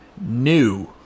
new